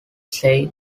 say